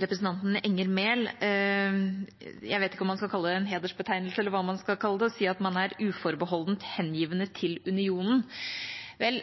representanten Enger Mehl: Jeg vet ikke om man skal kalle det en hedersbetegnelse, eller hva man skal kalle det, å si at man er «uforbeholdent hengivne» til unionen. Vel,